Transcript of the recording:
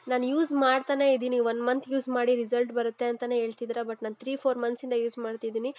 ನಾನು ಯೂಸ್ ಮಾಡ್ತಲೇ ಇದೀನಿ ಒನ್ ಮಂತ್ ಯೂಸ್ ಮಾಡಿ ರಿಸಲ್ಟ್ ಬರುತ್ತೆ ಅಂತಲೇ ಹೇಳ್ತಿದಿರ ಬಟ್ ನಾನು ತ್ರೀ ಫೋರ್ ಮಂತ್ಸಿಂದ ಯೂಸ್ ಮಾಡ್ತಿದೀನಿ